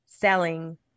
selling